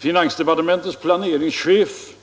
Finansdepartementets planeringschef